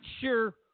sure